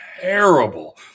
terrible